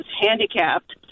handicapped